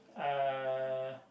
uh